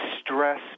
stress